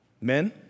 Men